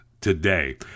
today